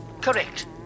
Correct